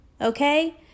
Okay